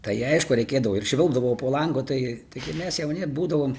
tai aišku reikėdavo ir švilpdavo po langu tai taigi mes jauni būdavom